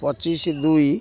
ପଚିଶ ଦୁଇ